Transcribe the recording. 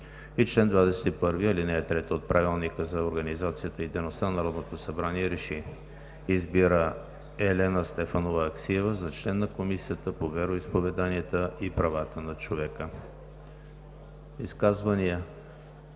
и чл. 21, ал. 3 от Правилника за организацията и дейността на Народното събрание РЕШИ: Избира Елена Стефанова Аксиева за член на Комисията по вероизповеданията и правата на човека.“ Изказвания?